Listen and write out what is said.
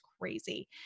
crazy